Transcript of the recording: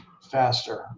faster